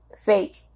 Fake